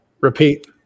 Repeat